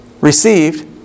received